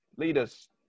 leaders